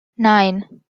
nine